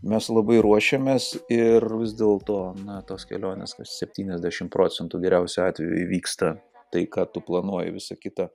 mes labai ruošiamės ir vis dėlto na tos kelionės septyniasdešimt procentų geriausiu atveju įvyksta tai ką tu planuoji visa kita